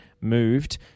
moved